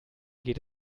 geht